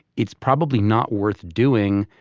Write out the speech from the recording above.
it's probably not worth doing.